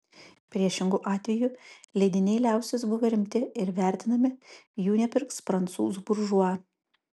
priešingu atveju leidiniai liausis buvę rimti ir vertinami jų nepirks prancūzų buržua